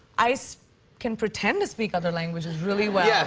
i can pretend to speak other languages really well. yeah